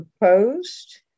proposed